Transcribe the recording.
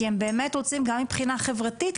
כי הם באמת רוצים גם מבחינה חברתית,